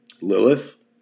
Lilith